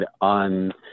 on